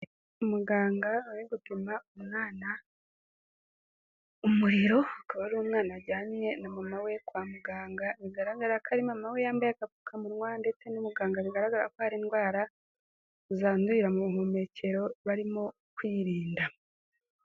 Umuganga uri gupima umwana umuriro akaba ari umwana wajyanye na mama we kwa muganga bigaragara ko ari mama we yambaye agapfukamunwa ndetse n'umuganga bigaragara ko hari indwara zandurira mu buhumekero barimo kwirinda.